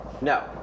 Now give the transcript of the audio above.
No